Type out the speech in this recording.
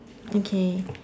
okay